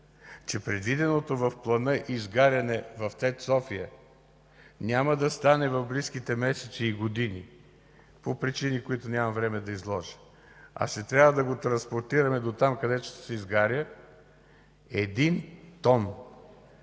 че предвиденото в плана изгаряне в ТЕЦ „София” няма да стане в близките месеци и години по причини, които нямам време да изложа, а ще трябва да го транспортираме дотам, където ще се изгаря, един тон